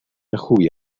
خوبی